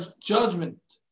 judgment